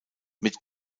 mit